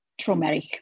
traumatic